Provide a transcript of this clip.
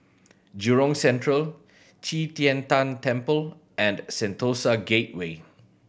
Jurong Central Qi Tian Tan Temple and Sentosa Gateway